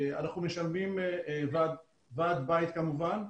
אנחנו משלמים ועד בית כמובן.